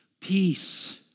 peace